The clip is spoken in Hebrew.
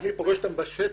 אני פוגש אותם בשטח.